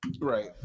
right